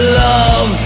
love